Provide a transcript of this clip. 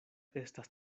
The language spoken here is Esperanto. estas